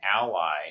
ally